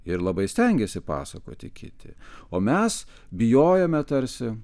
ir labai stengėsi pasakoti kiti o mes bijojome tarsi